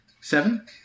Seven